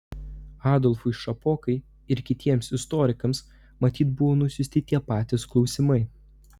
adolfui šapokai ir kitiems istorikams matyt buvo nusiųsti tie patys klausimai